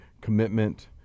commitment